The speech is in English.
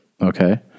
okay